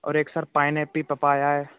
और एक sir pineapple papaya है